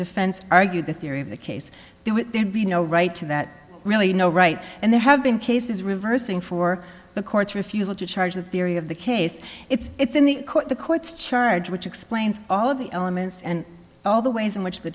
defense argued the theory of the case there would be no right to that really no right and there have been cases reversing for the court's refusal to charge the theory of the case it's in the court the court's charge which explains all of the elements and all the ways in which the